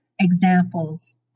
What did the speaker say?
examples